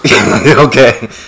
Okay